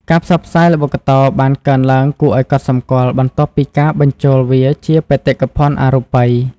ការផ្សព្វផ្សាយល្បុក្កតោបានកើនឡើងគួរឱ្យកត់សម្គាល់បន្ទាប់ពីការបញ្ចូលវាជា បេតិកភណ្ឌអរូបី។